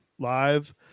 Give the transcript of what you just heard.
Live